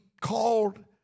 called